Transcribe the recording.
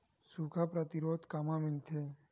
सुखा प्रतिरोध कामा मिलथे?